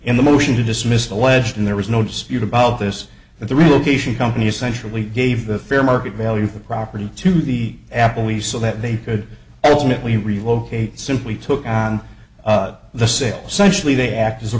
in the motion to dismiss alleged and there is no dispute about this that the relocation company sensually gave the fair market value for property to the apple we so that they could ultimately relocate simply took on the sales sensually they act as a